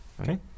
Okay